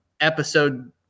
episode